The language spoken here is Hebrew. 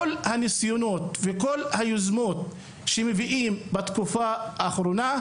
כל הניסיונות וכל היוזמות שמביאים בתקופה האחרונה,